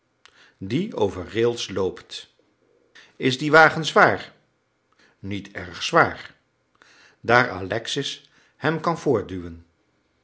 die over rails loopt is die wagen zwaar niet erg zwaar daar alexis hem kan voortduwen